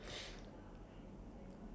I haven't lepas yet